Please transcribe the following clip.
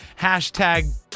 hashtag